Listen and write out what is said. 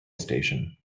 station